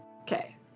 Okay